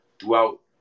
throughout